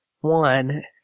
One